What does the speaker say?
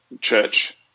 church